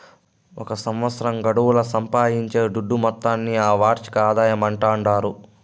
ఒక సంవత్సరం గడువుల సంపాయించే దుడ్డు మొత్తాన్ని ఆ వార్షిక ఆదాయమంటాండారు